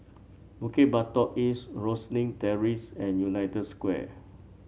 Bukit Batok East Rosyth Terrace and United Square